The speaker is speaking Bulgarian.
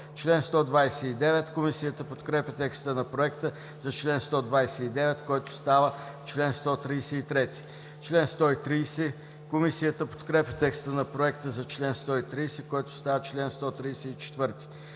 чл. 136. Комисията подкрепя текста на Проекта за чл. 133, който става чл. 137. Комисията подкрепя текста на Проекта за чл. 134, който става чл. 138.